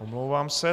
Omlouvám se.